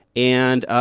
and,